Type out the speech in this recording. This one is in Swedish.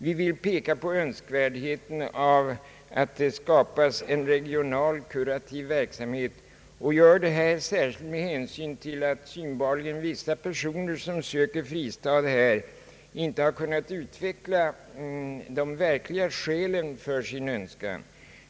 Vi vill peka på önskvärdheten av att det skapas en regional kurativ verksamhet, och vi gör det särskilt med hänsyn till att synbarligen vissa personer som söker fristad här inte har kunnat utveckla de verkliga skälen för sin önskan.